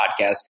podcast